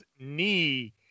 knee